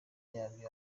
yabyo